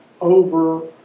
over